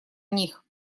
них